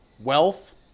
wealth